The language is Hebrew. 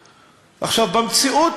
במציאות,